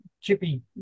chippy